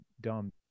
dumb